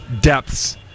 depths